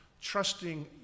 trusting